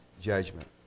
judgment